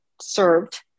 served